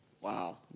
wow